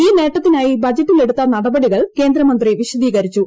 ഈ നേട്ടത്തിനായി ബജറ്റിലെടുത്ത നടപടികൾ കേന്ദ്രമന്ത്രി വിശദീകരിച്ചു